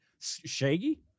Shaggy